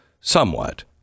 somewhat